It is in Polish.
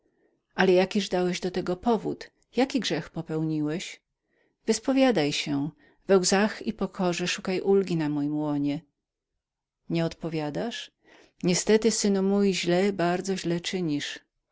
ale jakiż dałeś do tego powód jaki grzech popełniłeś wyspowiadaj się w łzach i pokorze szukaj ulgi na mojem łonie nie odpowiadasz niestety synu mój źle bardzo źle czynisz my